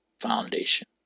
foundation